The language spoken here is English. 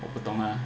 我不懂啊